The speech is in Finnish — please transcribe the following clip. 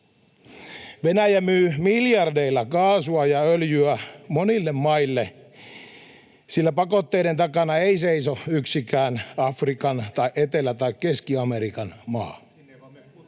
Venäjä myy miljardeilla kaasua ja öljyä monille maille, sillä pakotteiden takana ei seiso yksikään Afrikan tai Etelä- tai Keski-Amerikan maa.